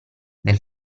nel